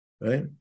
right